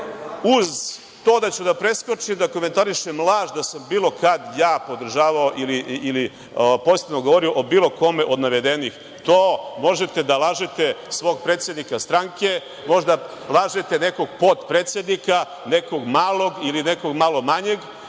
uz to da ću da preskočim da komentarišem laž da sam bilo kad ja podržavao ili pozitivno govorio o bilo kome od navedenih, to možete da lažete svog predsednika stranke, možete da lažete nekog potpredsednika, nekog malog ili nekog malo manjeg,